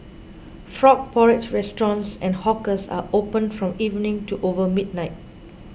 frog porridge restaurants and hawkers are opened from evening to over midnight